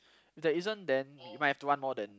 if there isn't then you might have to want more than